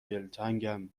دلتنگم